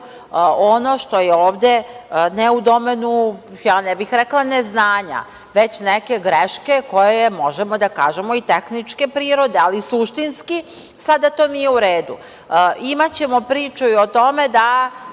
ono što je ovde ne u domenu, ja ne bih rekla neznanja, već neke greške koja je, možemo da kažemo, tehničke prirode. Ali, suštinski, sada to nije u redu. Imaćemo priču i o tome da